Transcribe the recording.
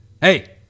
hey